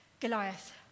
Goliath